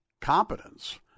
competence